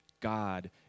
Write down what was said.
God